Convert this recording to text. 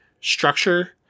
structure